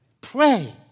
Pray